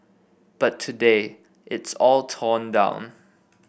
but today it's all torn down